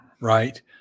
right